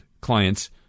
clients